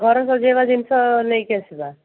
ଘର ସଜେଇବା ଜିନିଷ ନେଇକି ଆସିବା